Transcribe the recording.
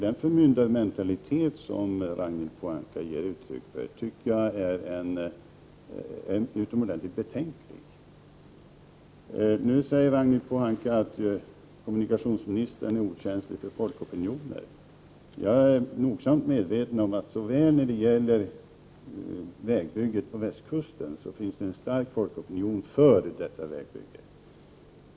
Den förmyndarmentalitet som Ragnhild Pohanka ger uttryck för tycker jag är utomordentligt betänklig. Ragnhild Pohanka säger att kommunikationsministern är okänslig för folkopinioner. Men jag är nogsamt medveten om att det när det gäller vägbygget på västkusten finns en stark folkopinion för detta vägbygge.